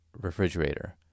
refrigerator